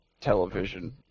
television